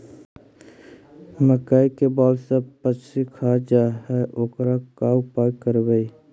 मकइ के बाल सब पशी खा जा है ओकर का उपाय करबै?